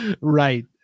Right